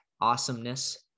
awesomeness